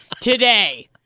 today